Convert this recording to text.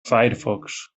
firefox